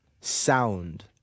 sound